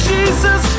Jesus